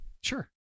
Sure